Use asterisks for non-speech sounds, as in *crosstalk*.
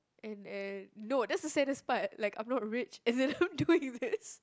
and and no that's the saddest part like I'm not rich as in *laughs* how do is this